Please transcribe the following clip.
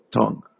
tongue